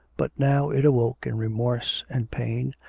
but now it awoke in remorse and pain,